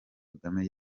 kagame